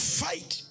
fight